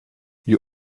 you